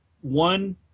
one